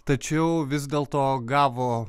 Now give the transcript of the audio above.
tačiau vis dėl to gavo